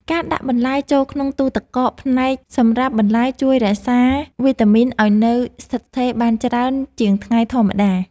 ការដាក់បន្លែចូលក្នុងទូទឹកកកផ្នែកសម្រាប់បន្លែជួយរក្សាវីតាមីនឱ្យនៅស្ថិតស្ថេរបានច្រើនថ្ងៃជាងធម្មតា។